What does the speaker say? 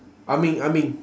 ah ming ah ming